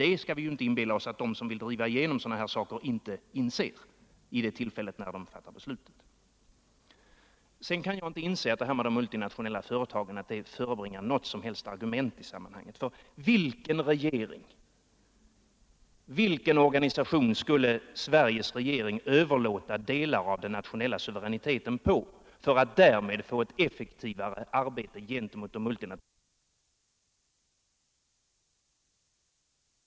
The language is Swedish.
Vi skall inte inbilla oss att de som vill driva igenom sådana här överlåtelser eller avtal inte inser det när de fattar sitt beslut. Jag kan inte inse att det här med de multinationella företagen är något som helst argument i sammanhanget. På vilken regering eller organisation skulle Sveriges regering överlåta delar av den nationella suveräniteten för att därmed få ett effektivare vapen gentemot de multinationella företagens makt? Är det USA:s eller Frankrikes regeringar, eller är det Bryssel eller New York som skulle få överta dessa befogenheter?